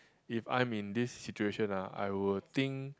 if I'm in this situation ah I will think